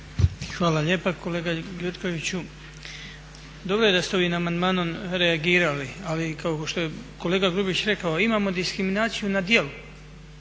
Hvala lijepa. Kolega Gjurkoviću, dobro je da ste ovim amandmanom reagirali ali kao što je kolega Grubišić rekao imao diskriminaciju na djelu